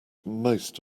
most